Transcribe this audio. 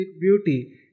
beauty